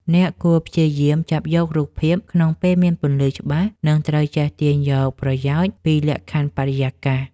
អ្នកគួរព្យាយាមចាប់យករូបភាព ក្នុងពេលមានពន្លឺច្បាស់ និងត្រូវចេះទាញយកប្រយោជន៍ពីលក្ខខណ្ឌបរិយាកាស។